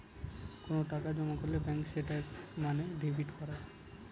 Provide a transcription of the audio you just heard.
কোনো টাকা জমা করলে ব্যাঙ্কে সেটা মানে ডেবিট করা